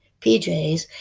PJs